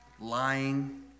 lying